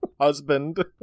husband